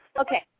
Okay